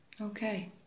Okay